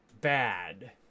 bad